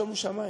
שומו שמים.